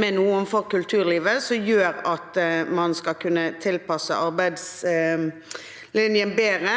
med noe overfor kulturlivet som gjør at man skal kunne tilpasse arbeidslinjen bedre,